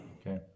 Okay